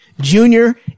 Junior